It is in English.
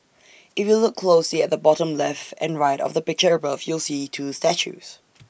if you look closely at the bottom left and right of the picture above you'll see two statues